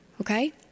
okay